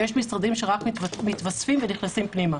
יש משרדים שרק מתווספים ונכנסים פנימה.